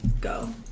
go